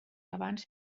abans